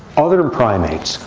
other primates,